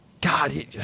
God